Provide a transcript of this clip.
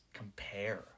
Compare